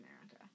America